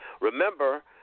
Remember